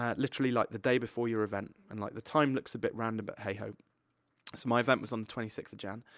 um literally, like, the day before your event. and, like, the time looks a bit random, but hey ho. so my event was on the twenty sixth of jan.